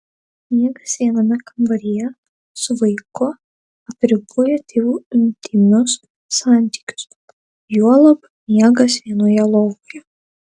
miegas viename kambaryje su vaiku apriboja tėvų intymius santykius juolab miegas vienoje lovoje